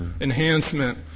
enhancement